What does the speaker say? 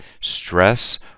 stress